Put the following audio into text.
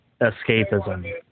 escapism